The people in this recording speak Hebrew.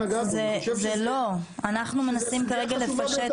זה לא, אנחנו מנסים כרגע לפשט את העניין.